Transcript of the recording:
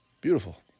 Beautiful